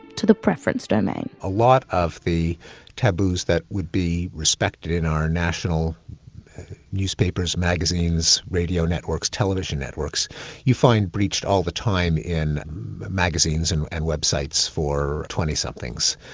to preference domain'. a lot of the taboos that would be respected in our national newspapers, magazines, radio networks, television networks you find breached all the time in magazines and and websites for twenty somethings.